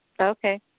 Okay